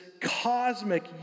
cosmic